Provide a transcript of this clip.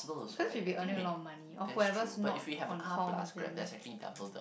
cause we'll be earning a lot of money or whoever's not on call then